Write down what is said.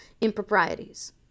improprieties